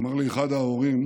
אמר לי אחד ההורים: